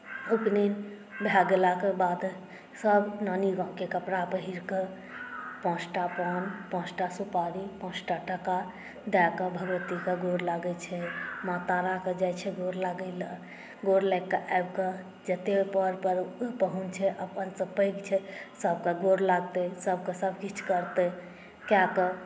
उपनयन भए गेलाके बाद सभ नानीगाँवके कपड़ा पहिर कऽ पाँचटा पान पाँचटा सुपारी पाँचटा टका दए कऽ भगवतीके गोर लागैत छै माँ ताराके जाइत छै गोर लागय लेल गोर लागि कऽ आबि कऽ जतेक पर पाहुन छै अपनसँ पैघ छै सभकेँ गोर लागतै सभकेँ सभ किछु करतै कए कऽ